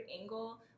angle